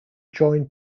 joined